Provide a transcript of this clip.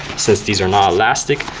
since these are not elastic,